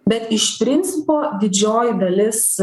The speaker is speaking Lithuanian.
bet iš principo didžioji dalis